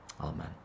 Amen